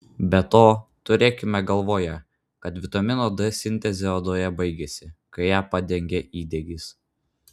be to turėkime galvoje kad vitamino d sintezė odoje baigiasi kai ją padengia įdegis